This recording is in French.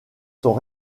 sont